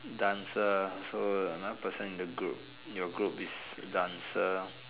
dancer so another person in the group in your group is a dancer